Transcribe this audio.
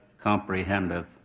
comprehendeth